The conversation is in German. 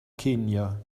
kenia